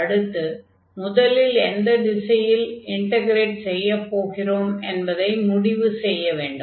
அடுத்து முதலில் எந்த திசையில் இன்டக்ரேட் செய்யப் போகிறோம் என்பதை முடிவு செய்ய வேண்டும்